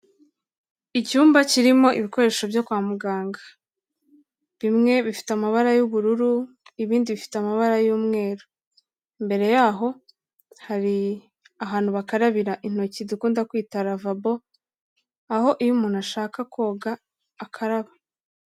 Icyumba kirimo ibikoresho byo kwa muganga, bimwe bifite amabara y'ubururu, ibindi bifite amabara y'umweru, imbere yaho hari ahantu bakarabira intoki dukunda kwita ravabo aho iyo umuntu ashaka koga akaraba.